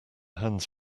hands